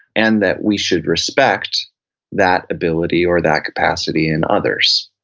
and that we should respect that ability or that capacity in others,